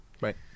Right